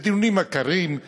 בדיונים עקרים,